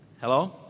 Hello